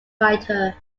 writer